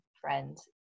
friends